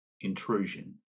intrusion